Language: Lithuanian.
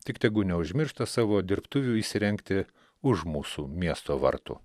tik tegu neužmiršta savo dirbtuvių įsirengti už mūsų miesto vartų